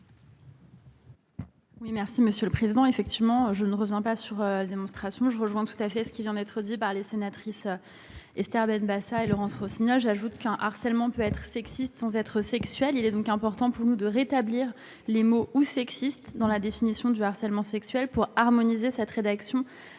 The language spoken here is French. pour présenter l'amendement n° 132. Je ne reviens pas sur la démonstration qui a été faite : je rejoins tout ce qui vient d'être dit par les sénatrices Esther Benbassa et Laurence Rossignol. J'ajoute qu'un harcèlement peut être sexiste sans être sexuel. Il est donc important pour nous de rétablir les mots « ou sexistes » dans la définition du harcèlement sexuel, afin d'harmoniser cette rédaction